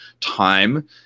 time